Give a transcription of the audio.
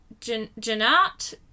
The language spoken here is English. Janat